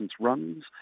runs